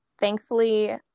thankfully